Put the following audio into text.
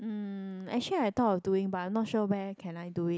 um actually I thought of doing but I'm not sure where can I do it